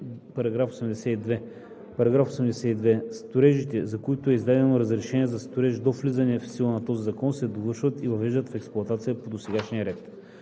§ 82: „§ 82. Строежите, за които е издадено разрешение за строеж до влизането в сила на този закон, се довършват и въвеждат в експлоатация по досегашния ред.“